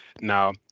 Now